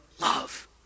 love